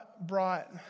brought